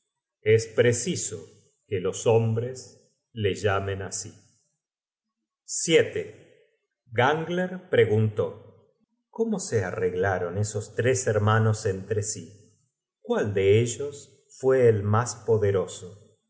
es preciso que los hombres le llamen así gangler preguntó cómo se arreglaron esos tres hermanos entre sí cuál de ellos fue el mas poderoso